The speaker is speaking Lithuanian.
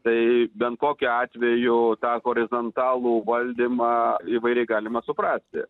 tai bent kokiu atveju tą horizantalų valdymą įvairiai galima suprasti